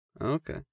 Okay